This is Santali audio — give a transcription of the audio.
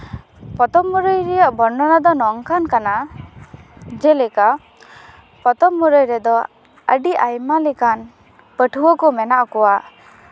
ᱯᱚᱛᱚᱵ ᱢᱩᱨᱟᱹᱭ ᱨᱮᱭᱟᱜ ᱵᱚᱨᱱᱚᱱᱟ ᱫᱚ ᱱᱚᱝᱠᱟᱱ ᱠᱟᱱᱟ ᱡᱮᱞᱮᱠᱟ ᱯᱚᱛᱚᱵ ᱢᱩᱨᱟᱹᱭ ᱨᱮᱫᱚ ᱟᱹᱰᱤ ᱟᱭᱢᱟ ᱞᱮᱠᱟᱱ ᱯᱟᱹᱴᱷᱩᱣᱟᱹ ᱠᱚ ᱢᱮᱱᱟᱜ ᱠᱚᱣᱟ